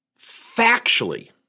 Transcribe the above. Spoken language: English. factually